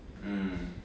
mm